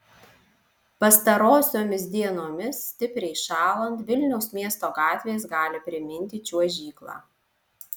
pastarosiomis dienomis stipriai šąlant vilniaus miesto gatvės gali priminti čiuožyklą